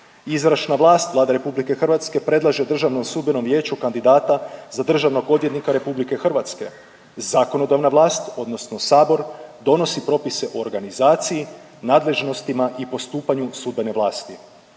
Izvršna vlast Vlada RH predlaže Državnom sudbenom vijeću kandidata za državnog odvjetnika RH, zakonodavna vlast odnosno sabor donosi propise o organizaciji, nadležnostima i postupanju sudbene vlasti.